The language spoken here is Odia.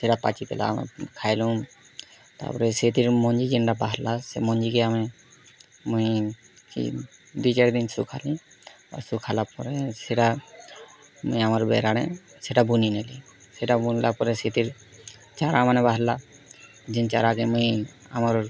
ସେଟା ପାଚିଥିଲା ଆମେ ଖାଏଲୁ ତାପରେ ସେଥିରୁ ମଞ୍ଜି ଯେନ୍ଟା ବାହାର୍ଲା ସେ ମଞ୍ଜିକେ ଆମେ ମୁଇଁ କି ଦି ଚାର୍ ଦିନ୍ ଶୁଖାଲି ଶୁଖାଲା ପରେ ସେଟା ମୁଇ ଆମର ବେର୍ ଆଡ଼େ ସେଟା ବୁନି ନେଲି ସେଟା ବୁନ୍ଲା ପରେ ସେଥର୍ ଚାରାମାନ ବାହର୍ଲା ଯେନ୍ ଚାରାକେ ମୁଇଁ ଆମର୍